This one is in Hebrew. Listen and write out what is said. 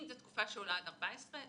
אם זו תקופה שעולה עד 14,